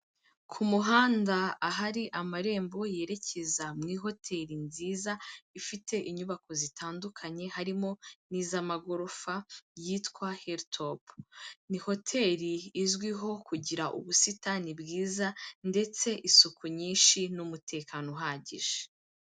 Ku muhanda ahari amarembo yerekeza mu i hoteli nziza, ifite inyubako zitandukanye harimo n'iz'amagorofa yitwa hilltop, ni hotel izwiho kugira ubusitani bwiza ndetse isuku nyinshi n'umutekano uhagije.